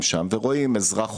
את המנכ"ל ואת הפקידות הבכירה,